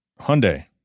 Hyundai